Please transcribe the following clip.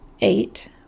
Eight